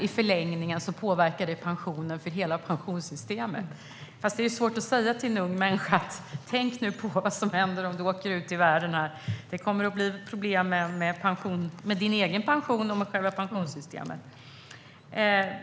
I förlängningen påverkar det pensionerna och hela pensionssystemet. Men det är svårt att säga till en ung människa: Tänk nu på vad som händer om du åker ut i världen. Det kommer att bli problem med din egen pension och med pensionssystemet.